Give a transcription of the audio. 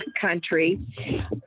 country